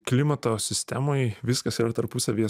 klimato sistemoj viskas yra tarpusavyje